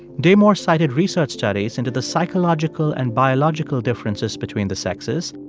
damore cited research studies into the psychological and biological differences between the sexes.